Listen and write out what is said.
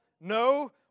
No